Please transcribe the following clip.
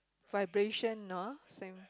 vibration ah same